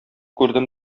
күрдем